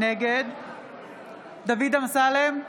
נגד דוד אמסלם,